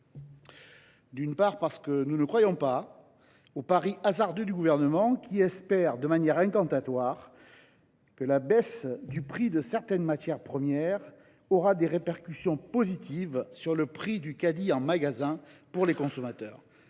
D’une part, nous ne croyons pas au pari hasardeux du Gouvernement, qui espère, de manière incantatoire, que la baisse du prix de certaines matières premières aura des répercussions positives sur le prix du caddie des consommateurs